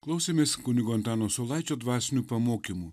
klausėmės kunigo antano saulaičio dvasinių pamokymų